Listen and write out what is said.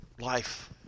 life